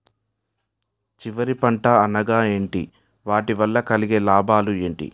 చివరి పంట అనగా ఏంటి వాటి వల్ల కలిగే లాభాలు ఏంటి